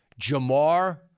Jamar